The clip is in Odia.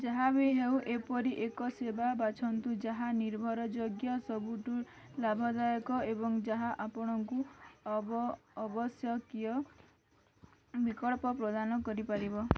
ଯାହା ବି ହେଉ ଏପରି ଏକ ସେବା ବାଛନ୍ତୁ ଯାହା ନିର୍ଭରଯୋଗ୍ୟ ସବୁଠୁ ଲାଭଦାୟକ ଏବଂ ଯାହା ଆପଣଙ୍କୁ ଅବ ଆବଶ୍ୟକୀୟ ବିକଳ୍ପ ପ୍ରଦାନ କରିପାରିବ